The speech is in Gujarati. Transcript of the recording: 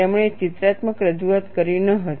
તેમણે ચિત્રાત્મક રજૂઆત કરી ન હતી